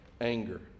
anger